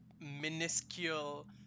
minuscule